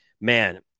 Man